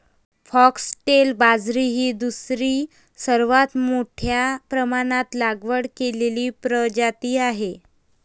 foxtail बाजरी ही दुसरी सर्वात मोठ्या प्रमाणात लागवड केलेली प्रजाती आहे